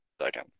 second